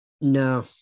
No